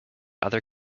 other